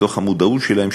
בתוך המודעות שלהם,